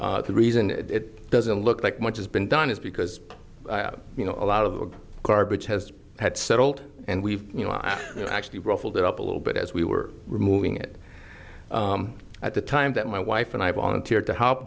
meeting the reason it doesn't look like much has been done is because you know a lot of garbage has had settled and we've you know i actually ruffled it up a little bit as we were removing it at the time that my wife and i volunteered to help